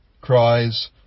cries